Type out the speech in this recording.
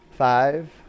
Five